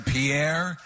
Pierre